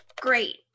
Great